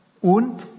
Und